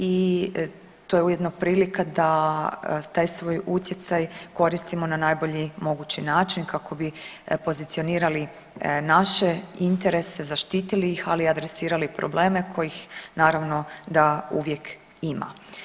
I to je ujedno prilika da taj svoj utjecaj koristimo na najbolji mogući način kako bi pozicionirali naše interese, zaštitili ih ali adresirali probleme kojih naravno da uvijek ima.